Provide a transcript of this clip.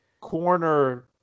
corner